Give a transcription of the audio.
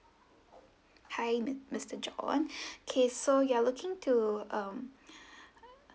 hi mi~ mister john K so you are looking to um err